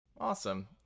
Awesome